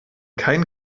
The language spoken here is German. kein